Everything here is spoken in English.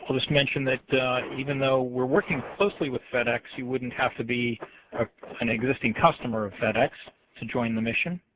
um just mention that even though weire working closely with fed ex you wouldnit have to be an existing customer of fed ex to join the mission.